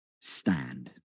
Stand